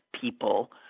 people